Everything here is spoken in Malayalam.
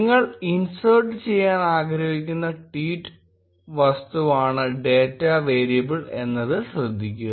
നിങ്ങൾ ഇൻസേർട്ട് ചെയ്യാൻ ആഗ്രഹിക്കുന്ന ട്വീറ്റ് വസ്തുവാണ് ഡാറ്റാ വേരിയബിൾ എന്നത് ശ്രദ്ധിക്കുക